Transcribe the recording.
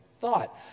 thought